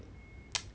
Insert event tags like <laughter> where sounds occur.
<noise>